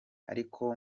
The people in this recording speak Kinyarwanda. ariko